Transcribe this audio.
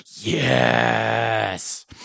Yes